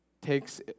takes